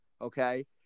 okay